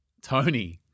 Tony